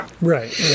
Right